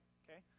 okay